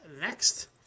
next